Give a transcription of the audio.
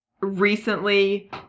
recently